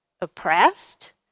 oppressed